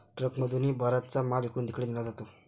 ट्रकमधूनही बराचसा माल इकडून तिकडे नेला जातो